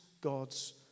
God's